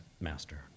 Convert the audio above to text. master